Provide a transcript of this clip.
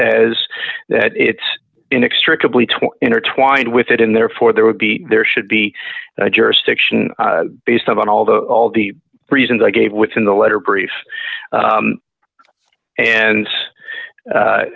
as that it's inextricably twelve intertwined with it and therefore there would be there should be a jurisdiction based on all the all the reasons i gave within the letter brief and